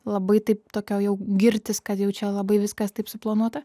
labai taip tokio jau girtis kad jau čia labai viskas taip suplanuota